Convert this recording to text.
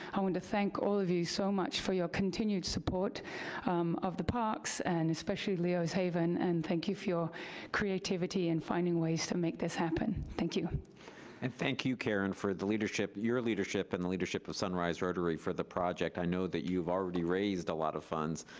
i want to thank all of you so much for your continued support of the parks, and especially leo's haven, and thank you for your creativity and finding ways to make this happen, thank you. and thank you, karen, for the leadership, your leadership, and the leadership of sunrise rotary for the project. i know that you've already raised a lot of funds,